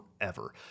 forever